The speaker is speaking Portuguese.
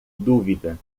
dúvida